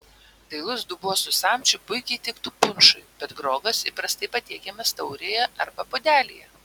dailus dubuo su samčiu puikiai tiktų punšui bet grogas įprastai patiekiamas taurėje arba puodelyje